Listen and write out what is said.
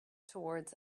towards